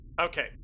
Okay